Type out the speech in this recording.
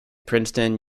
princeton